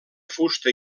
fusta